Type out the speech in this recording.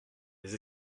les